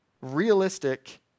realistic